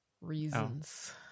reasons